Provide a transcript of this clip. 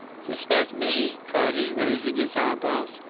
suspect me! cried he, raising his eyebrows.